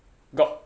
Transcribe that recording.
got